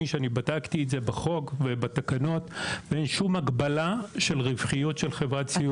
הסיעוד: אין שום הגבלה על רווחיות של חברת סיעוד.